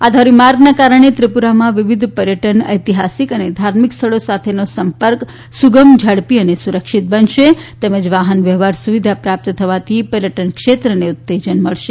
આ ધોરીમાર્ગના કારણે ત્રિપુરામાં વિવિધ પર્યટન ઐતિહાસિક અને ધાર્મિક સ્થળો સાથેનો સંપર્ક સુગમ ઝડપી અને સુરક્ષિત બનશે તેમજ વાહન વ્યવહાર સુવિધા પ્રાપ્ત થવાથી પર્યટન ક્ષેત્રને ઉત્તેજન મળશે